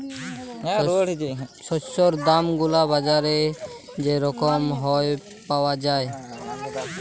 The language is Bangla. শস্যের দাম গুলা বাজারে যে রকম হ্যয় পাউয়া যায়